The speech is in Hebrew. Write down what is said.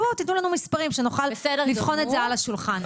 תיתנו לנו מספרים, שנוכל לבחון את זה על השולחן.